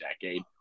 decade